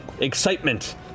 Excitement